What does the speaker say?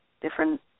different